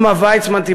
ראומה ויצמן,